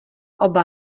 oba